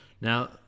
Now